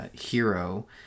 hero